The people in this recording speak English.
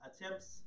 attempts